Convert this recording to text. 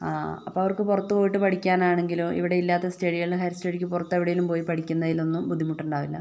അപ്പോൽ അവർക്ക് പുറത്ത് പോയിട്ട് പഠിക്കാൻ ആണെങ്കിലും ഇവിടെ ഇല്ലാത്ത സ്റ്റഡികളും ഹയർ സ്റ്റഡികളും എവിടെയും പോയി പടിക്കുന്നതിലൊന്നും ബുദ്ധിമുട്ടുണ്ടാവില്ല